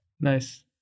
Nice